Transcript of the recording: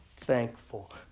thankful